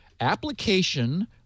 Application